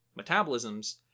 metabolisms